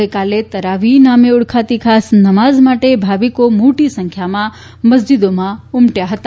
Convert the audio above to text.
ગઇકાલે તરાવીહ નામે ઓળખાતી ખાસ નમાઝ માટે ભાવિકો મોટી સંખ્યામાં મસ્જીદોમાં ઉમટી પડયા હતા